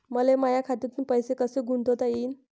मले माया खात्यातून पैसे कसे गुंतवता येईन?